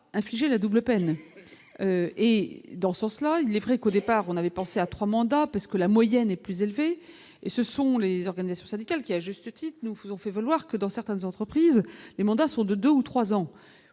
infliger la double peine et cela, il est vrai qu'au départ on avait pensé à 3 mandats parce que la moyenne est plus élevée et ce sont les organisations syndicales qui, à juste titre, nous faisons fait valoir que dans certaines entreprises, les mandats sont de 2 ou 3 ans,